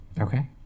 Okay